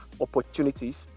opportunities